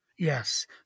Yes